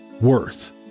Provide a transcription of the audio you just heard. worth